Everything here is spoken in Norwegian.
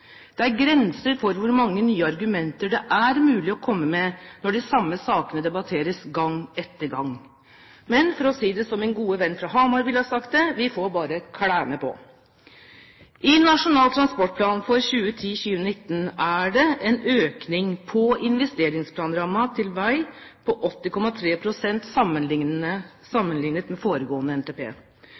Det er grenser for hvor mange nye argumenter det er mulig å komme med når de samme sakene debatteres gang etter gang. Men, for å si det slik min gode venn fra Hamar ville ha sagt det: Vi får bare «klæme på». I Nasjonal transportplan for 2010–2019 er det en økning på investeringsplanrammen til vei på 80,3 pst. sammenlignet med foregående NTP.